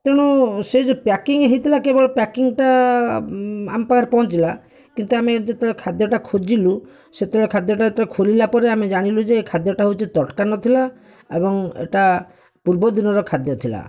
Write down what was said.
ତେଣୁ ସେ ଯେଉଁ ପ୍ୟାକିଂ ହୋଇଥିଲା କେବଳ ପ୍ୟାକିଂଟା ଆମ ପାଖରେ ପହଞ୍ଚିଲା କିନ୍ତୁ ଆମେ ଯେତେବେଳେ ଖାଦ୍ୟଟା ଖୋଜିଲୁ ସେତେବେଳେ ଖାଦ୍ୟଟା ଯେତେବେଳେ ଖୋଲିଲା ପରେ ଆମେ ଜାଣିଲୁ ଯେ ଏ ଖାଦ୍ୟଟା ହେଉଛି ତଟକା ନଥିଲା ଏବଂ ଏଇଟା ପୂର୍ବ ଦିନର ଖାଦ୍ୟ ଥିଲା